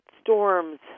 storms